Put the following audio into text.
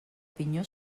pinyó